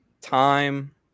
time